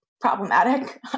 Problematic